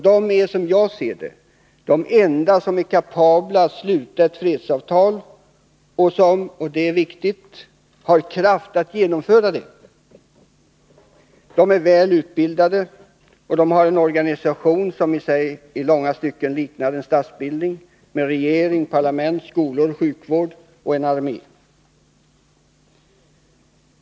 De är, som jag ser det, de enda som är kapabla att sluta ett fredsavtal och som — det är viktigt — har kraft att genomföra det. De är väl utbildade och har en organisation som i sig i långa stycken liknar en statsbildning med regering, parlament, skolor, sjukvård och en armé.